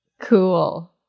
Cool